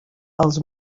els